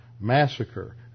Massacre